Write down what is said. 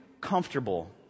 comfortable